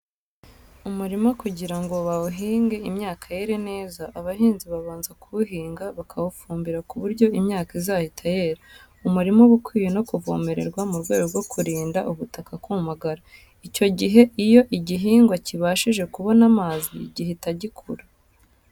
Umurima kugira ngo bawuhingemo imyaka yere neza, abahinzi babanza kuwuhinga, bakawufumbira ku buryo imyaka izahita yera. Umurima uba ukwiye no kuvomererwa mu rwego rwo kurinda ubutaka kumagara. Icyo gihe iyo igihingwa kibashije kubona amazi gihita gikura.